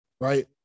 Right